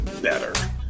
better